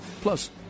plus